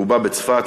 רובה בצפת,